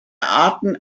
arten